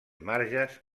marges